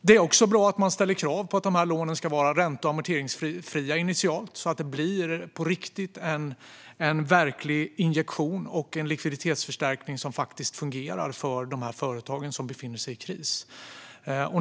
Det är också bra att man ställer krav på att dessa lån initialt ska vara ränte och amorteringsfria så att de blir en verklig injektion och en likviditetsförstärkning som faktiskt fungerar för de företag som befinner sig i kris.